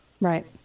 Right